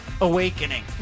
awakening